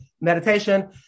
meditation